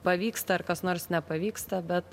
pavyksta ar kas nors nepavyksta bet